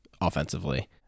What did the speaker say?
offensively